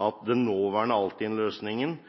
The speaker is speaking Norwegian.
at den nåværende